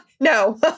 No